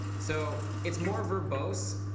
so it's more verbose.